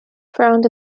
frowned